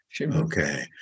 okay